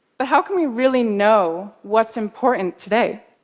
but how can we really know what's important today?